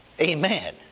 Amen